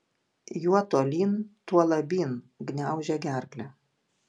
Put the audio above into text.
juo tolyn tuo labyn gniaužia gerklę